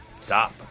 Stop